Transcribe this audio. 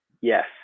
Yes